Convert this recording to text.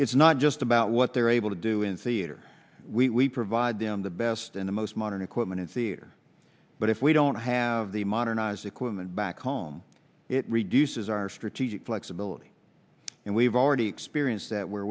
it's not just about what they're able to do in theater we provide them the best and the most modern equipment in theater but if we don't have the modernized equipment back home it reduces our strategic flexibility and we've already experienced that where